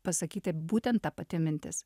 pasakyti būtent ta pati mintis